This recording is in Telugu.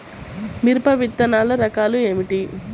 మిరప విత్తనాల రకాలు ఏమిటి?